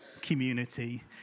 community